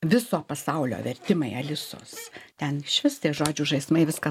viso pasaulio vertimai alisos ten išvis tie žodžių žaismai viską